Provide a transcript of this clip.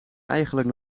eigenlijk